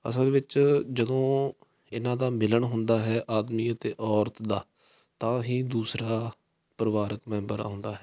ਅਸਲ ਵਿੱਚ ਜਦੋਂ ਇਹਨਾਂ ਦਾ ਮਿਲਣ ਹੁੰਦਾ ਹੈ ਆਦਮੀ ਅਤੇ ਔਰਤ ਦਾ ਤਾਂ ਹੀ ਦੂਸਰਾ ਪਰਿਵਾਰਕ ਮੈਂਬਰ ਆਉਂਦਾ ਹੈ